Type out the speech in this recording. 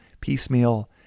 piecemeal